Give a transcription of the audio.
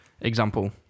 example